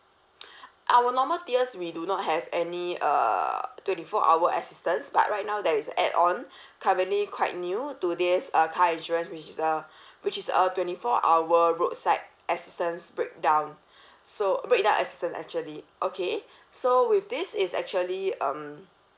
our normal tiers we do not have any uh twenty four hour assistance but right now there is a add on currently quite new to this uh car insurance which is uh which is uh twenty four hour roadside assistance breakdown so breakdown assistant actually okay so with this is actually um